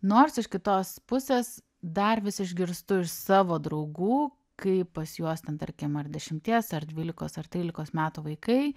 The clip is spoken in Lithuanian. nors iš kitos pusės dar vis išgirstu iš savo draugų kaip pas juos ten tarkim ar dešimties ar dvylikos ar trylikos metų vaikai